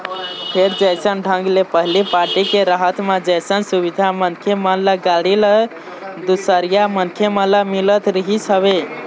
फेर जइसन ढंग ले पहिली पारटी के रहत म जइसन सुबिधा मनखे मन ल, गाड़ी ल, दूसरइया मनखे मन ल मिलत रिहिस हवय